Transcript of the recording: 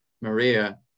Maria